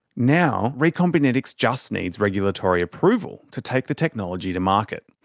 now, recombinetics just needs regulatory approval to take the technology to market.